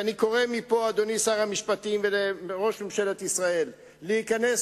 ואני קורא מפה לאדוני שר המשפטים ולראש ממשלת ישראל להיכנס